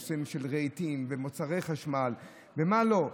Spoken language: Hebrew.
ריהוט, מוצרי חשמל, במה לא.